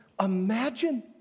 imagine